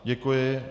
Děkuji.